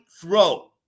throw